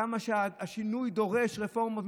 כמה שהשינוי דורש רפורמות.